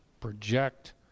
project